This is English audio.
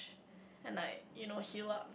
and like you know heal up